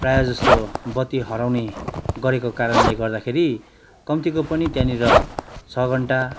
प्रायः ज स्तो बत्ती हराउने गरेको कारणले गर्दाखेरि कम्तीको पनि त्यहाँनिर छ घन्टा